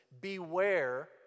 beware